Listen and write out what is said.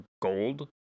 Gold